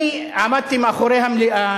עמדתי מאחורי המליאה